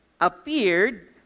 appeared